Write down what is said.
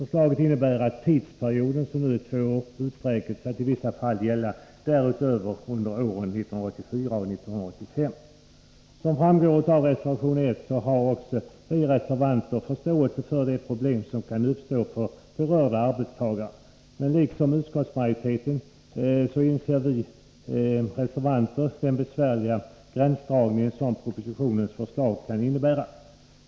Förslaget innebär att tidsperioden, som nu är två år, utsträcks till att i vissa fall gälla därutöver under åren 1984 och 1985. Som framgår av reservation 1 har också vi reservanter förståelse för de problem som kan uppstå för berörda arbetstagare. Men liksom utskottsmajoriteten inser vi den besvärliga gränsdragning som propositionens förslag kan innebära.